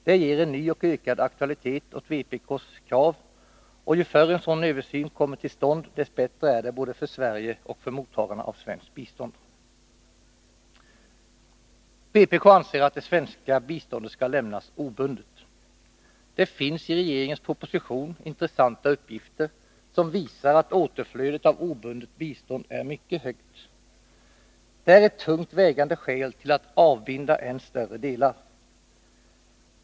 Det ger en ny och ökad aktualitet åt vpk:s krav, och ju förr en sådan översyn kommer till stånd dess bättre är det både för Sverige och för mottagarna av svenskt bistånd. Vpk anser att det svenska biståndet skall lämnas obundet. Det finns i regeringens proposition intressanta uppgifter som visar att återflödet av obundet bistånd är mycket högt. Det är ett tungt vägande skäl till att avbinda än större delar.